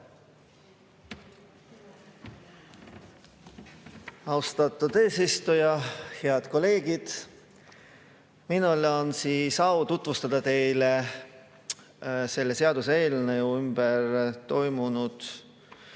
Austatud eesistuja! Head kolleegid! Minul on au tutvustada teile selle seaduseelnõu ümber toimunut